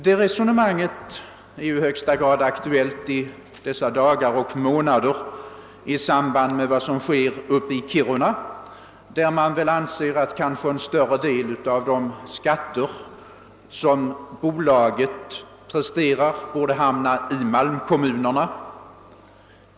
Detta resonemang är i högsta grad aktuellt i samband med vad som i dessa dagar sker uppe i Kiruna, där man anser att en större del av de skatter som LKAB inlevererar borde hamna i malmkommunerna.